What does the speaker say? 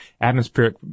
atmospheric